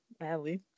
alley